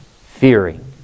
Fearing